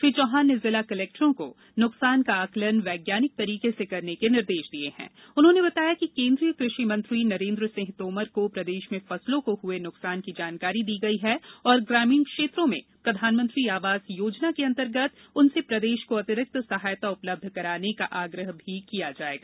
श्री चौहान ने जिला कलेक्टरों को नुकसान का आंकलन वैज्ञानिक तरीके से करने के निर्देश दिय उन्होंने बताया कि केन्द्रीय कृषि मंत्री नरेन्द्र सिंह तोमर को प्रदेश में फसलों को हुए नुकसान की जानकारी दी गई है और ग्रामीण क्षेत्रों में प्रधानमंत्री आवास योजना के अंतर्गत उनसे प्रदेश को अतिरिक्त सहायता उपलब्ध कराने का आग्रह भी किया जायेगा